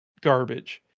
garbage